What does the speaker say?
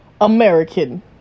American